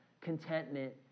contentment